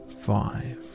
five